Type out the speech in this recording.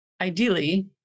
ideally